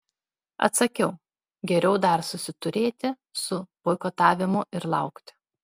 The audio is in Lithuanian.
atsakiau geriau dar susiturėti su boikotavimu ir laukti